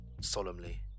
solemnly